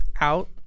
out